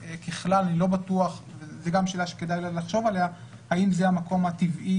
שככלל אני לא בטוח זו גם שאלה שכדאי לחשוב עליה האם זה המקום הטבעי